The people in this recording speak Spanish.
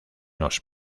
los